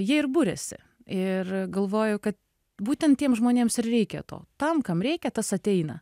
jie ir buriasi ir galvoju kad būtent tiems žmonėms ir reikia to tam kam reikia tas ateina